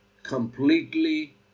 completely